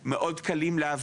מאוד פשוטים ומאוד קלים להבנה,